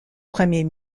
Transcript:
premier